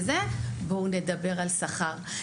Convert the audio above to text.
אחר כך נדבר על שכר,